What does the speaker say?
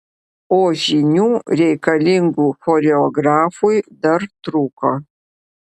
o žinių reikalingų choreografui dar trūko